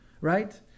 right